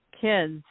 kids